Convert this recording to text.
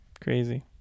Crazy